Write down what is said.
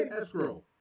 escrow